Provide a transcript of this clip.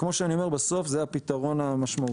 כמו שאני אומר, בסוף זה הפתרון המשמעותי.